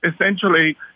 essentially